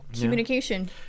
communication